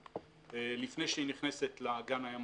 לפני שהיא נכנסת לאגן הים,